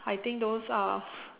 I think those are